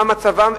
מה מצבם,